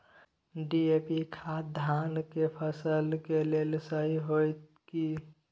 DAP खाद धान के फसल के लेल सही होतय की?